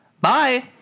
Bye